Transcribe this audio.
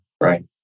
Right